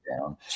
down